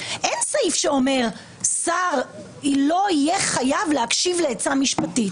אין סעיף שאומר ששר לא יהיה חייב להקשיב לעצה משפטית.